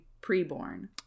pre-born